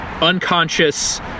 unconscious